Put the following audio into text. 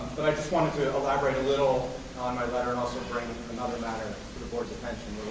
i just wanted to elaborate a little on my letter and also bring another matter to the board's attention.